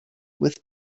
with